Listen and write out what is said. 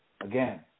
Again